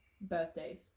birthdays